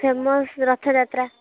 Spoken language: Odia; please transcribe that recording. ଫେମସ୍ ରଥଯାତ୍ରା